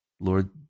Lord